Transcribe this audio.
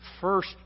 first